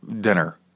dinner